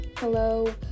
Hello